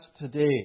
today